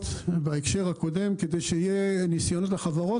בהקשר הקודם כדי שיהיה ניסיון לחברות.